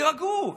תירגעו.